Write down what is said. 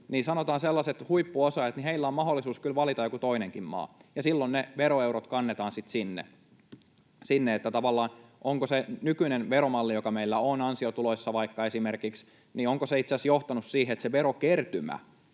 niin, sanotaan, sellaisilla huippuosaajilla on mahdollisuus kyllä valita joku toinenkin maa, ja silloin ne veroeurot kannetaan sitten sinne. Onko se nykyinen veromalli, joka meillä on esimerkiksi vaikka ansiotuloissa, itse asiassa johtanut siihen, että se verokertymä